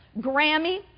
Grammy